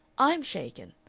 i'm shaken.